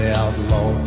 outlaw